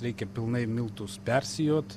reikia pilnai miltus persijot